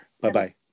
bye-bye